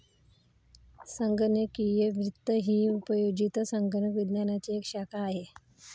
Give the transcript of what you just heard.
संगणकीय वित्त ही उपयोजित संगणक विज्ञानाची एक शाखा आहे